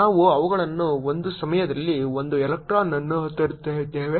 ನಾವು ಅವುಗಳನ್ನು ಒಂದು ಸಮಯದಲ್ಲಿ ಒಂದು ಎಲೆಕ್ಟ್ರಾನ್ ಅನ್ನು ತರುತ್ತಿದ್ದೇವೆ